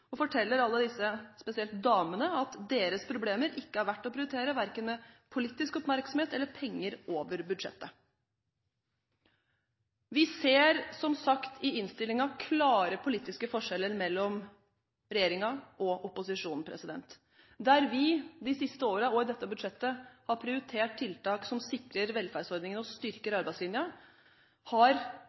og forteller alle disse – spesielt damene – at deres problemer ikke er verdt å prioritere, verken med politisk oppmerksomhet eller med penger over budsjettet. Vi ser, som sagt i innstillingen, klare politiske forskjeller mellom regjeringen og opposisjonen. Der vi de siste årene og i dette budsjettet har prioritert tiltak som sikrer velferdsordningene og styrker arbeidslinjen, har